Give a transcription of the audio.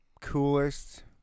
coolest